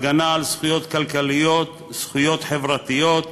הגנה על זכויות כלכליות, זכויות חברתיות,